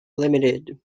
limited